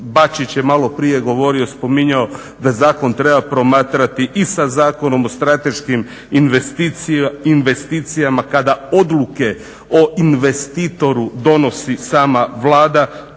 Bačić je maloprije govorio, spominjao da zakon treba promatrati i sa Zakonom o strateškim investicijama kada odluke o investitoru donosi sama Vlada,